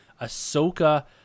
Ahsoka